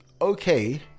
okay